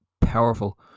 powerful